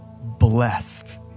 blessed